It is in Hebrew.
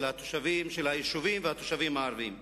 של היישובים והתושבים הערבים,